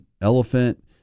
elephant